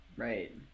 right